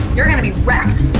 you're gonna be wrecked